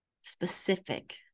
specific